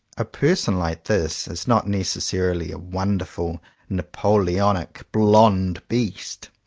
a person like this is not necessarily a wonderful napoleonic blond beast.